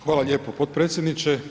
Hvala lijepo potpredsjedniče.